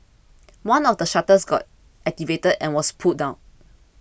one of the shutters got activated and was pulled down